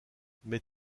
mais